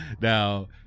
Now